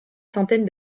centaine